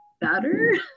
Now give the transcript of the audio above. better